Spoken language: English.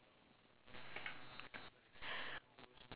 ah shit man I need to rush